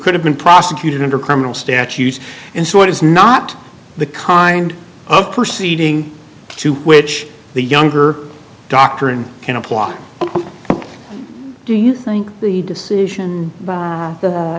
could have been prosecuted under criminal statutes and so it is not the kind of perceiving to which the younger doctor and can apply do you think the decision by the